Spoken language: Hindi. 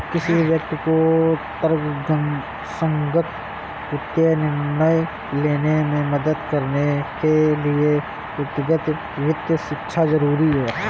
किसी व्यक्ति को तर्कसंगत वित्तीय निर्णय लेने में मदद करने के लिए व्यक्तिगत वित्त शिक्षा जरुरी है